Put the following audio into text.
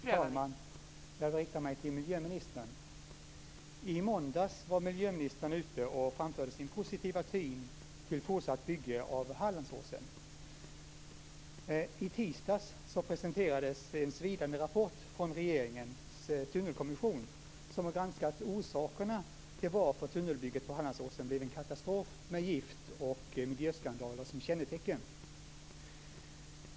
Fru talman! Jag riktar mig till miljöministern. I måndags var miljöministern ute och framförde sin positiva syn på ett fortsatt bygge vid Hallandsåsen. I tisdags presenterades en svidande rapport från regeringens tunnelkommission som har granskat orsakerna till att tunnelbygget vid Hallandsåsen blev en katastrof med gifter och miljöskandaler som kännetecken.